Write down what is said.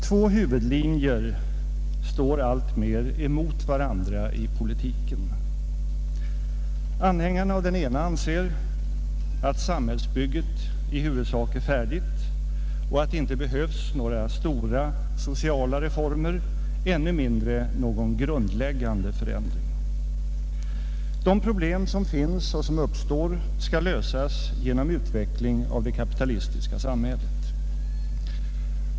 Två huvudlinjer står alltmer emot varandra i politiken. Anhängarna av den ena anser att samhällsbygget i huvudsak är färdigt och att det inte behövs några stora sociala reformer, ännu mindre någon grundläggande förändring. De problem som finns och uppstår skall lösas genom utveckling av det kapitalistiska samhället.